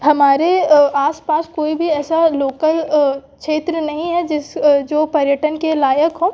हमारे आस पास कोई भी ऐसा लोकल क्षेत्र नहीं है जिस जो पर्यटन के लायक हो